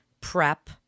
prep